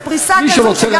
בפריסה כזו שגם הפריפריה תהנה.